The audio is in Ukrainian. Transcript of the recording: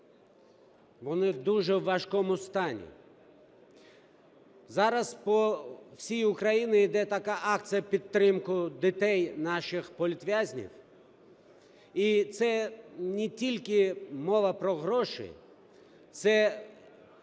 вони дуже у важкому стані. Зараз по всій Україні йде така акція підтримки дітей наших політв'язнів. І це не тільки мова про гроші, це